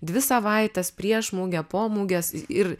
dvi savaites prieš mugę po mugės ir